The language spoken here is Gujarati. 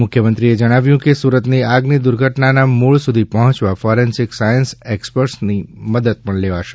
મુખ્યમંત્રીશ્રીએ જણાવ્યું કે સુરતની આગની દુર્ઘટના ના મૂળ સુધી પહોંચવા ફોરેન્સીક સાયન્સ એક્સપર્ટની મદદ લેવાશે